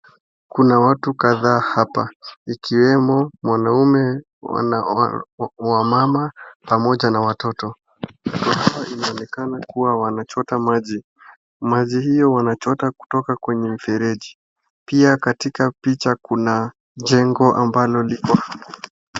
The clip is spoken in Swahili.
Kuna watu kadhaa hapa. Ikiwemo mwanaume, wamama pamoja na watoto. Wanaonekana kuwa wanachota maji. Maji hiyo wanachota kutoka kwenye mfereji. Pia katika picha kuna jengo ambalo liko.